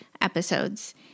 episodes